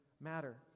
matter